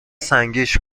سنگیش